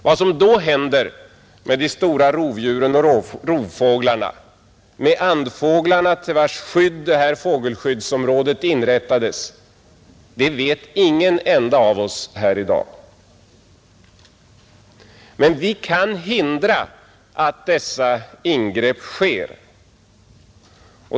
Vad som då händer med de stora rovdjuren, rovfåglarna och andfåglarna, till vilkas skydd detta fågelskyddsområde inrättades, det vet ingen enda av oss här i dag. Men vi kan hindra att dessa ingrepp sker.